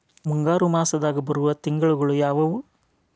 ಮುಂಗಾರು ಮಾಸದಾಗ ಬರುವ ತಿಂಗಳುಗಳ ಯಾವವು?